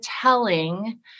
telling